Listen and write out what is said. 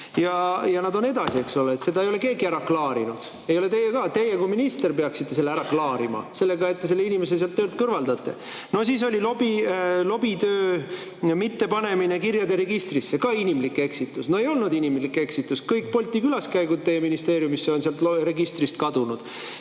Ja nad on edasi, eks ole, seda ei ole keegi ära klaarinud. Ei ole teie ka. Teie kui minister peaksite selle ära klaarima sellega, et te selle inimese töölt kõrvaldate. Ja veel oli lobitöö mittepanemine kirjade registrisse – ka inimlik eksitus. No ei olnud inimlik eksitus! Kõik Bolti külaskäigud teie ministeeriumisse on sealt registrist kadunud.